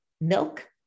milk